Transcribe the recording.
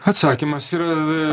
atsakymas yra